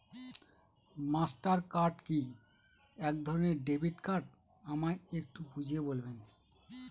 Master card কি একধরণের debit card আমায় একটু বুঝিয়ে বলবেন?